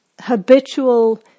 habitual